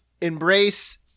embrace